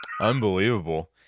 Unbelievable